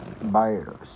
Virus